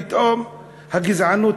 פתאום הגזענות,